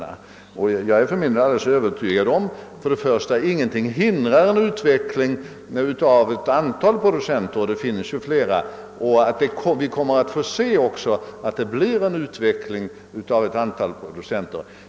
För min del är jag alldeles övertygad om att för det första ingenting hindrar en utveckling av ett antal marknadsförare och producenter — det finns ju redan flera — och att vi för det andra också kommer att få denna utveckling.